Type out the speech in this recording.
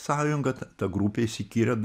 sąjunga ta grupė yra